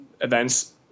events